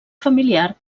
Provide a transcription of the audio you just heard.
familiar